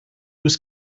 was